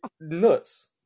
nuts